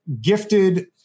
gifted